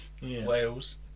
Wales